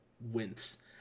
wince